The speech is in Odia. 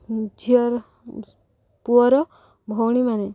ଝିଅର ପୁଅର ଭଉଣୀ ମାନେ